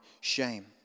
shame